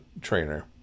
trainer